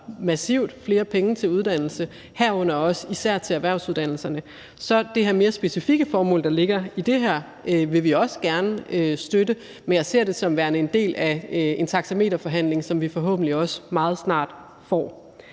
massivt flere penge til uddannelse, herunder især også til erhvervsuddannelserne. Så det her mere specifikke formål, der ligger i det her, vil vi også gerne støtte. Men jeg ser det som værende en del af en taxameterforhandling, som vi forhåbentlig også meget snart får.